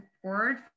support